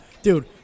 Dude